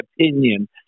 opinion